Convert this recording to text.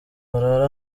barara